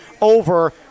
over